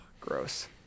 gross